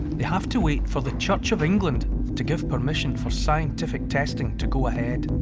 they have to wait for the church of england to give permission for scientific testing to go ahead.